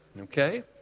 Okay